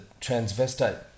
transvestite